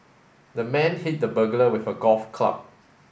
the man hit the burglar with a golf club